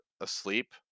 asleep